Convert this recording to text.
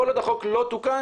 זו ברירת המחדל,